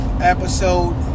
episode